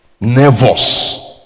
nervous